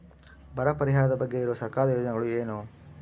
ಬರ ಪರಿಹಾರದ ಬಗ್ಗೆ ಇರುವ ಸರ್ಕಾರದ ಯೋಜನೆಗಳು ಏನು?